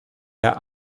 herr